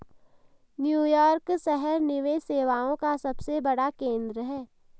New York शहर निवेश सेवाओं का सबसे बड़ा केंद्र है